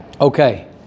Okay